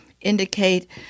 indicate